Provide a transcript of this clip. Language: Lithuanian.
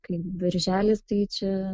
kai birželis tai čia